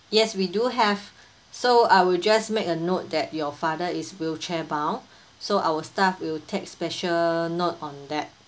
yes we do have so I will just make a note that your father is wheelchair bound so our staff will take special note on that